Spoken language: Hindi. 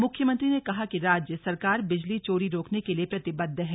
मुख्यमंत्री ने कहा कि राज्य सरकार बिजली चोरी रोकने के लिए प्रतिबद्ध है